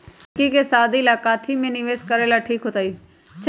लड़की के शादी ला काथी में निवेस करेला ठीक होतई?